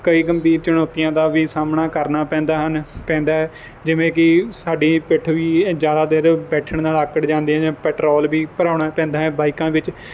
ਕਈ ਗੰਭੀਰ ਚੁਣੌਤੀਆਂ ਦਾ ਵੀ ਸਾਹਮਣਾ ਕਰਨਾ ਪੈਂਦਾ ਹਨ ਪੈਂਦਾ ਹੈ ਜਿਵੇਂ ਕਿ ਸਾਡੀ ਪਿੱਠ ਵੀ ਜ਼ਿਆਦਾ ਦੇਰ ਬੈਠਣ ਨਾਲ ਆਕੜ ਜਾਂਦੀ ਹੈ ਜਾਂ ਪੈਟਰੋਲ ਵੀ ਭਰਾਉਣਾ ਪੈਂਦਾ ਹੈ ਬਾਈਕਾਂ ਵਿੱਚ